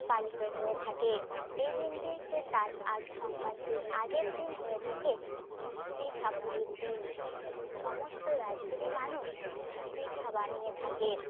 পালিত হয়ে থাকে এই দিনটিতে তার সংক্রান্তির আগের দিন হয়ে থাকে পিঠেপুলির দিন সমস্ত রাজ্যেরই মানুষ পিঠে বানিয়ে থাকে